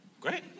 great